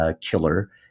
killer